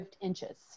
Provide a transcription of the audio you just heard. inches